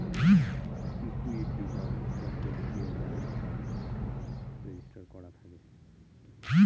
equity বা স্টকের যে মালিক হয় তার নাম রেজিস্টার করা থাকে